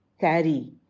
carry